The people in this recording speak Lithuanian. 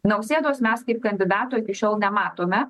nausėdos mes kaip kandidato iki šiol nematome